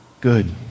Good